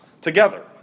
together